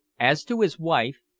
as to his wife,